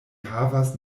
havas